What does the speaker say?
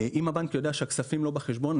אם הבנק יודע שהכספים לא בחשבון,